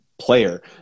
player